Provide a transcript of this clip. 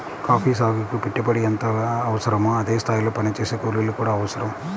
coffee సాగుకి పెట్టుబడి ఎంతగా అవసరమో అదే స్థాయిలో పనిచేసే కూలీలు కూడా అవసరం